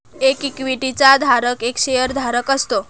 एक इक्विटी चा धारक एक शेअर धारक असतो